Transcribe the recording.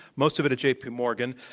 most of it at jpmorgan.